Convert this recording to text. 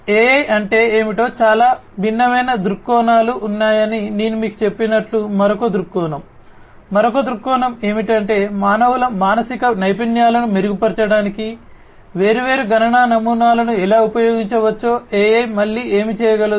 AI అంటే ఏమిటో చాలా భిన్నమైన దృక్కోణాలు ఉన్నాయని నేను మీకు చెప్పినట్లు మరొక దృక్కోణం మరొక దృక్కోణం ఏమిటంటే మానవుల మానసిక నైపుణ్యాలను మెరుగుపర్చడానికి వేర్వేరు గణన నమూనాలను ఎలా ఉపయోగించవచ్చో AI మళ్ళీ ఏమి చేయగలదు